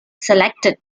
selected